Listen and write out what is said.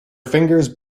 fingers